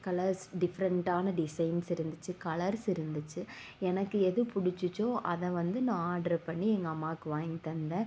colours டிஃப்ரண்டான designs இருந்துச்சு colours இருந்துச்சு எனக்கு எது பிடிச்சிச்சோ அதை வந்து நான் ஆர்டர் பண்ணி எங்கள் அம்மாவுக்கு வாங்கி தந்தேன்